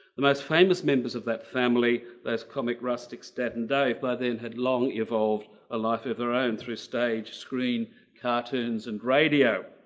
the most famous members of that family. those comic rustics dad and dave by then had long evolved a life of their own through stage screen cartoons and radio.